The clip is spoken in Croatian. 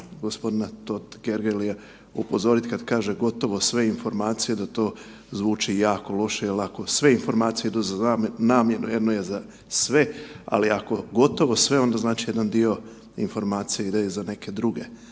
moram i g. Totgergelija upozorit kad kaže gotovo sve informacije da to zvuči jako loše jel ako sve informacije budu za namjenu, jedno je za sve, ali ako gotovo sve onda znači jedan dio informacija ide i za neke druge